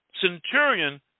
centurion